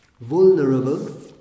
vulnerable